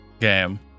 game